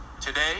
Today